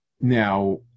Now